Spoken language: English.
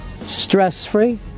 stress-free